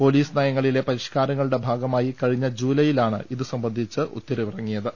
police നയങ്ങളിലെ പരിഷ്കാരങ്ങളുടെ ഭാഗമായി കഴിഞ്ഞ ജൂലൈയിലാണ് ഇതുസംബന്ധിച്ച് ഉത്തരവിറങ്ങിയത്